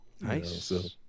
Nice